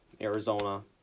Arizona